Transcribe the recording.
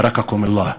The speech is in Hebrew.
בארככם אללה.